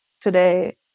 today